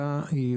תודה רבה.